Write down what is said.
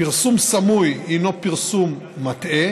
פרסום סמוי הוא פרסום מטעה